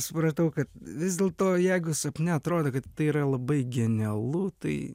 supratau kad vis dėlto jeigu sapne atrodo kad tai yra labai genialu tai